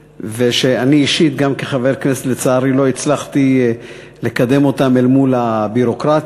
שאני אישית גם כחבר כנסת לא הצלחתי לקדם אותם מול הביורוקרטיה,